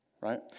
right